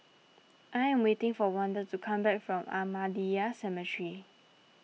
I am waiting for Wanda to come back from Ahmadiyya Cemetery